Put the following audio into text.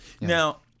now